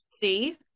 see